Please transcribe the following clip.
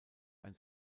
ein